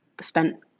spent